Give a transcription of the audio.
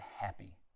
happy